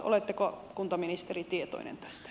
oletteko kuntaministeri tietoinen tästä